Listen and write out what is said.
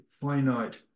finite